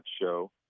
show